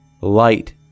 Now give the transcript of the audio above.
Light